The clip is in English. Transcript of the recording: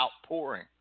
outpouring